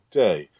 day